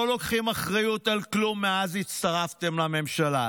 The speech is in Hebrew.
אתם לא לוקחים אחריות על כלום מאז הצטרפתם לממשלה.